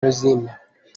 rosine